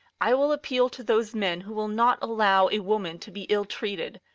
i will appeal to those men who will not allow a woman to be ill-treated.